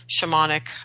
shamanic